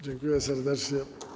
Dziękuję serdecznie.